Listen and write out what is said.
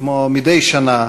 כמו מדי שנה,